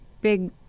big